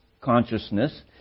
consciousness